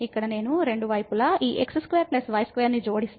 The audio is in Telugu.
ఇప్పుడు నేను రెండు వైపులా ఈ x2 y2 ను జోడిస్తే